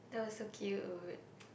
that was so cute